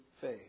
faith